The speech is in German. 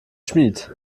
schmied